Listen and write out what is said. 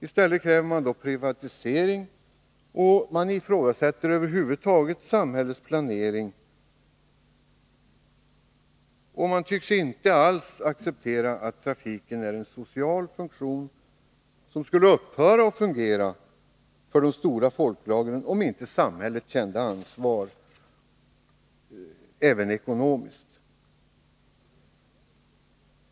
I stället kräver man privatisering och ifrågasätter över huvud taget samhällets planering. Man tycks inte alls acceptera att trafiken har en social funktion, som skulle upphöra för de stora folklagren om inte samhället kände ansvar även ekonomiskt.